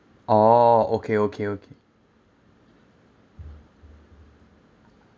orh okay okay okay